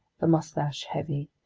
the mustache heavy,